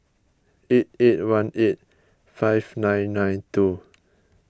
eight eight one eight five nine nine two